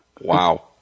Wow